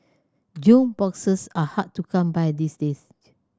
jukeboxes are hard to come by these days